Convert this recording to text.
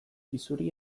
isuri